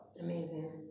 Amazing